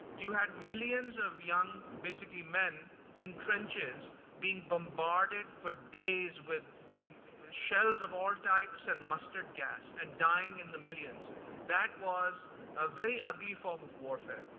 you had millions of young, basically men in trenches being bombarded for days with shells of all types and mustard gas and dying in the millions that was a very ugly form of warfare.